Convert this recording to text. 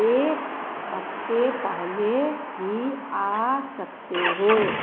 एक हफ़्ते पहले ही आ सकते हो